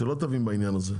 שלא תבין בעניין הזה.